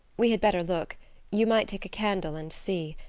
we had better look you might take a candle and see.